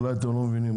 אולי אתם לא מבינים,